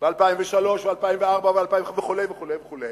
ב-2003 וב-2004 וב-2005, וכו' וכו' וכו'